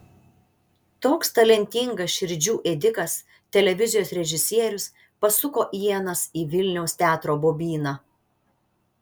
toks talentingas širdžių ėdikas televizijos režisierius pasuko ienas į vilniaus teatro bobyną